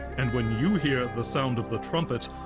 and when you hear the sound of the trumpet,